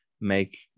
make